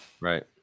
Right